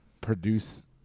produce